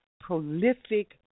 prolific